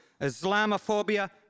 Islamophobia